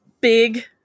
big